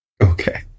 Okay